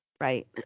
right